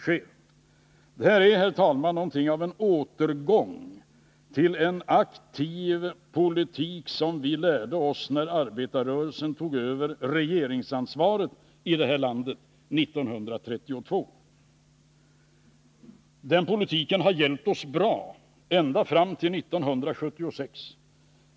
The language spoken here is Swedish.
Det här är, fru talman, något av en återgång till en aktiv politik som vi lärde oss när arbetarrörelsen tog över regeringsansvaret i detta land år 1932. Den politiken har hjälpt oss bra ända fram till år 1976.